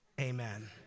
amen